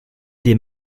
des